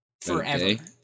Forever